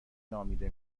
نامیده